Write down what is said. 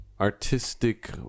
artistic